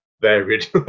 varied